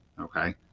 okay